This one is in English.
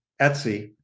Etsy